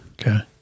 Okay